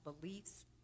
beliefs